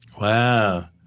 Wow